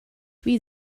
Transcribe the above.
wie